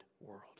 world